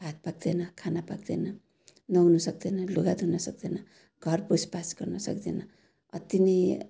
भात पाक्दैन खाना पाक्दैन नुहाउनु सक्दैन लुगा धुन सक्दैन घर पुछ पाछ गर्न सक्दैन अति नै